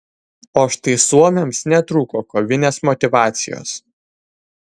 o štai suomiams netrūko kovinės motyvacijos